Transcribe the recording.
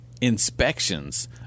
inspections